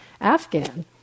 Afghan